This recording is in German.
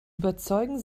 überzeugen